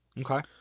Okay